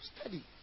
study